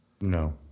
no